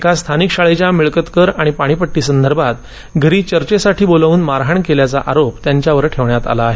एका स्थानिक शाळेच्या मिळकत कर आणि पाणीपट्टी संदर्भात घरी चर्चेसाठी बोलावून मारहाण केल्याचा आरोप त्यांच्यावर ठेवण्यात आला आहे